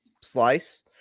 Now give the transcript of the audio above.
slice